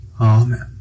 Amen